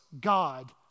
God